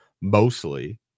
mostly